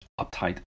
uptight